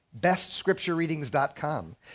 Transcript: bestscripturereadings.com